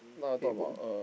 hey